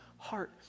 Heart